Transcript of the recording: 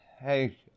hey